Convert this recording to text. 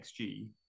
XG